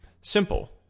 Simple